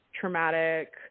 traumatic